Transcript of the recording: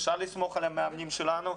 אפשר לסמוך על המאמנים שלנו.